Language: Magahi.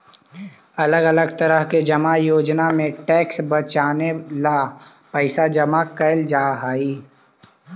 अलग अलग तरह के जमा योजना में टैक्स बचावे ला पैसा जमा कैल जा हई